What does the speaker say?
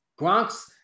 Gronk's